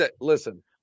listen